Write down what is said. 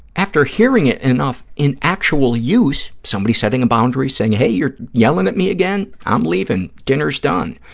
after hearing it enough in actual use, somebody setting a boundary, saying, hey, you're yelling at me again, i'm leaving, dinner is done,